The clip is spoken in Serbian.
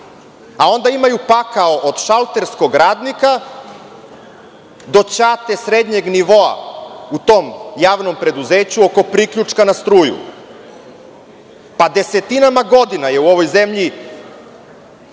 a onda imaju pakao od šalterskog radnika do ćate srednjeg nivoa u tom javnom preduzeću oko priključka na struju. Desetinama godina je u ovoj zemlji